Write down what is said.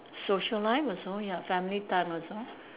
social life also ya family time also